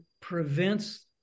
prevents